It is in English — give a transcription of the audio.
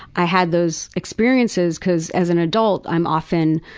i had those experiences because as an adult, i'm often.